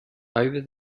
over